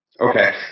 Okay